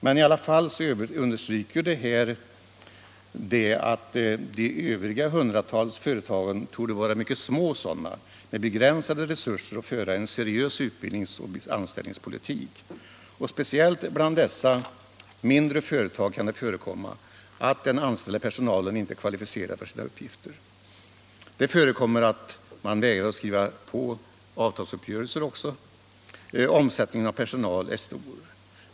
Men detta understryker i alla fall att de övriga företagen torde vara mycket små sådana med begränsade resurser att föra en seriös utbildningsoch anställningspolitik. Speciellt bland dessa mindre företag kan det förekomma att den anställda personalen inte är kvalificerad för sina uppgifter. Det förekommer att man vägrar att skriva på avtalsuppgörelser. Omsättningen av personal är stor.